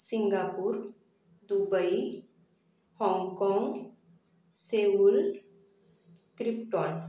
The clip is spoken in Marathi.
सिंगापूर दुबई हाँगकाँग सेऊल क्रिप्टॉन